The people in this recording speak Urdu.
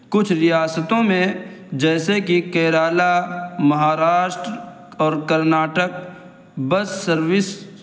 کچھ ریاستوں میں جیسے کہ کیرالہ مہاراشٹر اور کرناٹک بس سروس